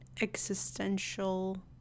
existential